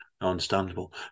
understandable